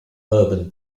urban